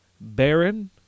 Baron